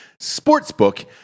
Sportsbook